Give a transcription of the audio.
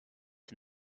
and